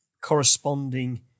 corresponding